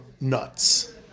nuts